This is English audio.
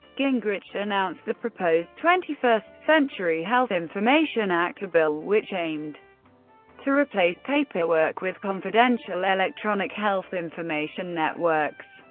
gingrich announced the proposed twenty first century health information act, a bill which aimed to replace paperwork with confidential, electronic health information networks.